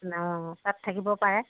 অঁ তাত থাকিব পাৰে